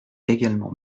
également